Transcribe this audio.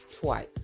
twice